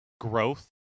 growth